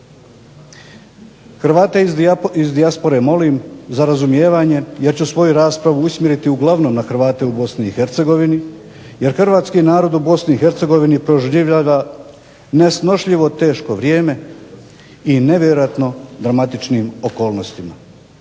Hrvate iz dijaspore molim za razumijevanje jer ću svoju raspravu usmjeriti uglavnom na Hrvate u BiH jer hrvatski narod u BiH proživljava nesnošljivo teško vrijeme i nevjerojatno dramatičnim okolnostima.